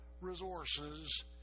resources